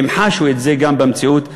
הם חשו את זה גם במציאות שלהם.